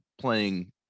playing